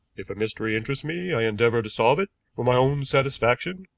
if a mystery interests me i endeavor to solve it for my own satisfaction,